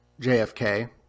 JFK